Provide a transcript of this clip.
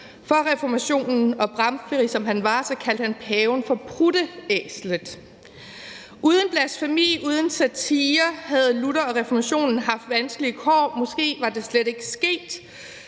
for reformationen, og bramfri, som han var, kaldte han paven for prutteæslet. Uden blasfemi og uden satire havde Luther og reformationen haft vanskelige kår; måske var det, der skete, slet